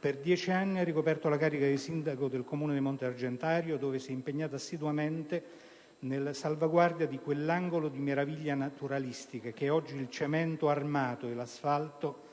Per 10 anni ha ricoperto la carica di sindaco del Comune di Monte Argentario, dove si è impegnata assiduamente nella salvaguardia di quell'angolo di meraviglia naturalistica, che oggi il cemento e l'asfalto